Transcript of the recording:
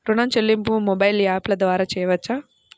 ఋణం చెల్లింపు మొబైల్ యాప్ల ద్వార చేయవచ్చా?